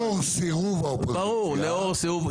לאור סירוב האופוזיציה,